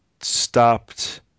stopped